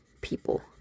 people